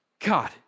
God